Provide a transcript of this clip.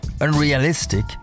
unrealistic